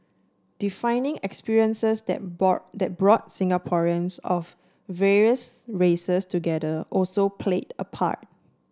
defining experiences that that brought Singaporeans of various races together also played a part